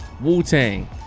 Wu-Tang